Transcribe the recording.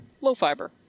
low-fiber